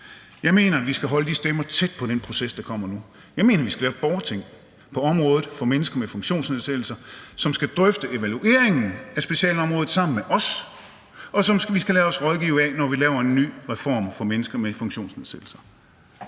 Jeg mener, vi skal holde de stemmer tæt på den proces, der kommer nu. Jeg mener, vi skal lave et borgerting på området for mennesker med funktionsnedsættelser, som skal drøfte evalueringen af specialområdet sammen med os, og som vi skal lade os rådgive af, når vi laver en ny reform af området for mennesker med funktionsnedsættelser.